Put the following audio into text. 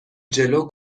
جلو